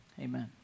Amen